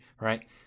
right